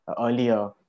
earlier